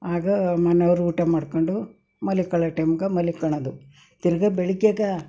ಆಗ ಮನೆಯವರು ಊಟ ಮಾಡ್ಕೊಂಡು ಮಲ್ಕೊಳ್ಳೋ ಟೈಮ್ಗೆ ಮಲ್ಕೊಳ್ಳೋದು ತಿರುಗಾ ಬೆಳಗ್ಗೆಗೆ